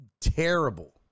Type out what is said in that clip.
terrible